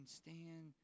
stand